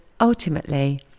ultimately